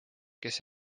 kes